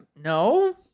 No